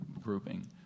grouping